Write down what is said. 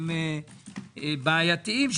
שהם בעייתיים,